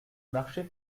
marchais